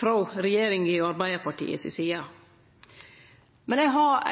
frå regjeringa og Arbeidarpartiet si side. Men eg har